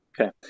Okay